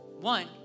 One